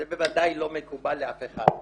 זה בוודאי לא מקובל על אף אחד.